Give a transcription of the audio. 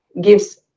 gives